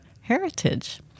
heritage